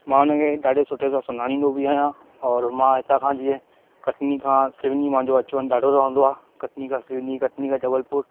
मां उनखे ॾाढो सुठे सां सुञाणींदो बि आहियां और मां हितां खां जीअं कटनी खां सिवनी मुंहिजो अच वञ ॾाढो रहंदो आहे कटनी खां सिवनी कटनी खां जबलपुर